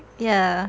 ya